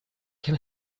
can